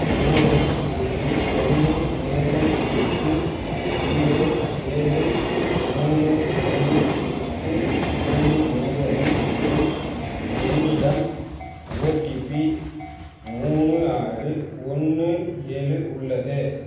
மூணு அஞ்சு ஒன்று மூணு எட்டு ஜீரோ ஏழு மூணு ஒன்று எட்டு மூணு ஒன்போது மற்றும் என்னிடம் ஓடிபி மூணு ஆறு ஒன்று ஏழு உள்ளது